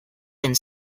and